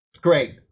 great